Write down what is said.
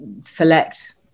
select